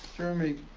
jeremy,